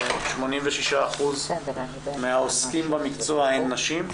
ש-86% מהעוסקות במקצוע הן נשים,